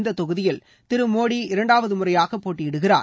இந்த தொகுதியில் திரு மோடி இரண்டாவது முறையாக போட்டியிடுகிறார்